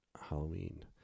Halloween